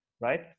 right